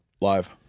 Live